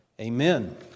Amen